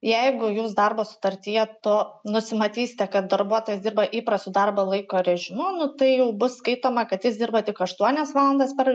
jeigu jūs darbo sutartyje to nusimatysite kad darbuotojas dirba įprastu darbo laiko režimu nu tai jau bus skaitoma kad jis dirba tik aštuonias valandas per